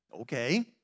Okay